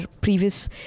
previous